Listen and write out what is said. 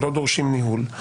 שלא דורשים ניהול,